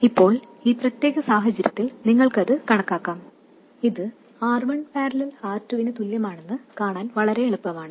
ഇപ്പോൾ ഈ പ്രത്യേക സാഹചര്യത്തിൽ നിങ്ങൾക്ക് ഇത് കണക്കാക്കാം ഇത് R1 || R2 നു തുല്യമാണെന്ന് കാണാൻ വളരെ എളുപ്പമാണ്